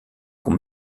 qu’on